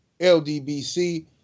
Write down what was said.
LDBC